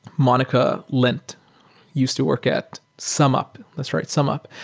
monica lent used to work at sumup. that's right, sumup,